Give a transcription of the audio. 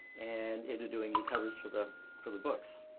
and into doing new covers for the for the books.